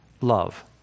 love